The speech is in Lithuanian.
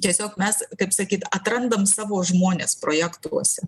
tiesiog mes kaip sakyt atrandam savo žmones projektuose